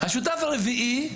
השותף הרביעי,